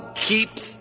keeps